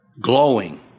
glowing